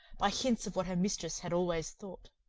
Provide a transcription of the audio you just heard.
by hints of what her mistress had always thought.